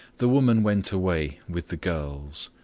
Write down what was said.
the woman went away with the girls.